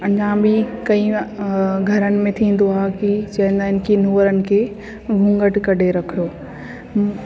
अञा बि कईं घरनि में थींदो आहे की चवंदा आहिनि की नूंहरिन खे घूंघटु कढी रखो